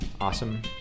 awesome